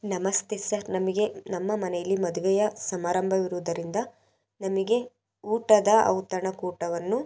ನಮಸ್ತೆ ಸರ್ ನಮಗೆ ನಮ್ಮ ಮನೆಯಲ್ಲಿ ಮದುವೆಯ ಸಮಾರಂಭವಿರುವುದರಿಂದ ನಮಗೆ ಊಟದ ಔತಣ ಕೂಟವನ್ನು